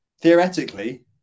theoretically